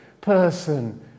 person